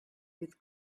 with